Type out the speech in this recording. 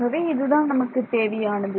ஆகவே இது தான் நமக்கு தேவையானது